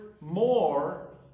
more